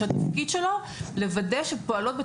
שהתפקיד שלו הוא לוודא שפועלות,